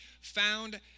found